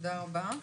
תודה רבה.